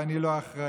ואני לא אחראי,